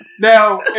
Now